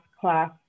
class